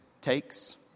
takes